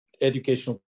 educational